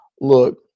Look